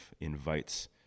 invites